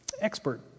expert